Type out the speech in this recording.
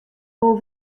wol